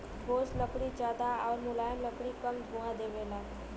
ठोस लकड़ी जादा आउर मुलायम लकड़ी कम धुंआ देवला